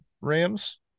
Rams